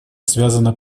связана